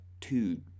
two